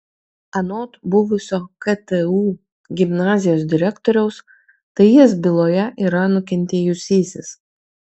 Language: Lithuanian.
anot buvusio ktu gimnazijos direktoriaus tai jis byloje yra nukentėjusysis